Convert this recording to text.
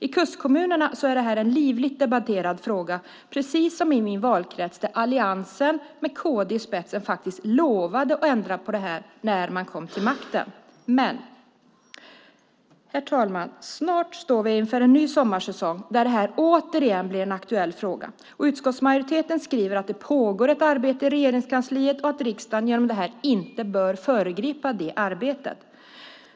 I kustkommunerna är frågan livligt debatterad, liksom i min valkrets där Alliansen med kd i spetsen lovade att ändra på det här när man kom till makten, men . Herr talman! Snart står vi inför en ny sommarsäsong då detta återigen blir en aktuell fråga. Utskottsmajoriteten skriver att det pågår ett arbete i Regeringskansliet och att riksdagen inte bör föregripa det arbetet.